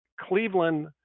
Cleveland